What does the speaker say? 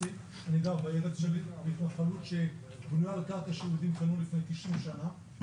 אני גר בהתנחלות שבנויה על קרקע שיהודים קנו לפני 90 שנה.